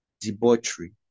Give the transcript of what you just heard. debauchery